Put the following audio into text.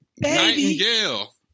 Nightingale